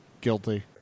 guilty